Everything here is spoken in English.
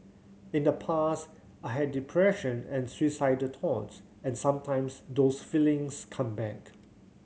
in the past I had depression and suicidal thoughts and sometimes those feelings come back